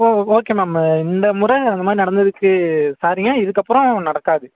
ஓ okay ma'am இந்த முறை அந்த மாதிரி நடந்ததுக்கு சாரிங்க இதுக்கப்புறம் நடக்காது